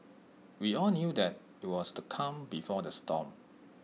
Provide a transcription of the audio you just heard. we all knew that IT was the calm before the storm